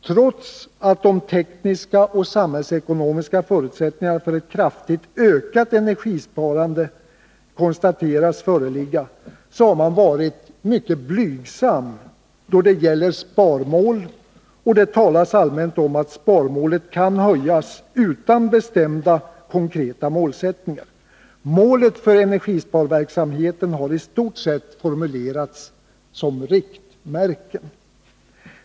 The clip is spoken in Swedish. Trots att de tekniska och samhällsekonomiska förutsättningarna för ett kraftigt ökat energisparande konstateras föreligga, har man varit mycket blygsam då det gäller sparmål, och det talas allmänt om att sparmålet kan höjas utan bestämda konkreta målsättningar. Målen för energisparverksam heten har i stort sett formulerats som riktmärken.